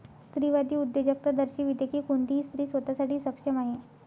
स्त्रीवादी उद्योजकता दर्शविते की कोणतीही स्त्री स्वतः साठी सक्षम आहे